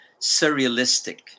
surrealistic